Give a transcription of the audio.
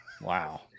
wow